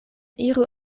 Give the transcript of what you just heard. iru